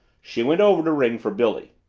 she went over to ring for billy.